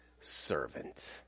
servant